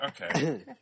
Okay